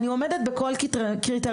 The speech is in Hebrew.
אני עומדת בכל קריטריון,